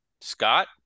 Scott